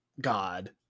God